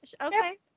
okay